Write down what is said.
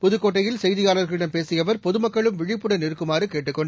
புதுக்கோட்டையில் செய்தியாளர்களிடம் பேசியஅவர் பொதமக்களும் விழிப்புடன் இருக்குமாறுகேட்டுக் கொண்டார்